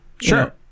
Sure